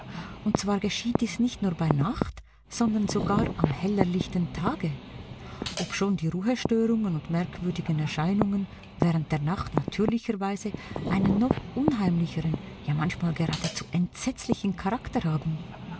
und zwar geschieht dies nicht nur bei nacht sondern sogar am hellerlichten tage obschon die ruhestörungen und merkwürdigen erscheinungen während der nacht natürlicherweise einen noch unheimlicheren ja manchmal geradezu entsetzlichen charakter haben